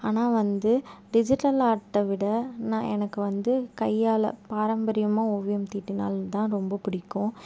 ஆனால் வந்து டிஜிட்டல் ஆர்ட்டை விட நான் எனக்கு வந்து கையால் பாரம்பரியமாக ஓவியம் தீட்டினால் தான் ரொம்ப பிடிக்கும்